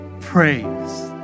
praise